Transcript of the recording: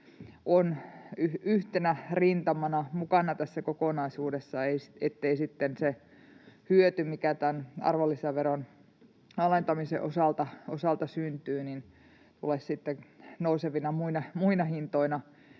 on yhtenä rintamana mukana tässä kokonaisuudessa, niin ettei sitten se hyöty, mikä tämän arvonlisäveron alentamisen osalta syntyy, tule nousevina muina hintoina